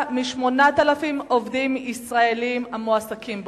מ-8,000 עובדים ישראלים המועסקים בו.